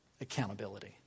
accountability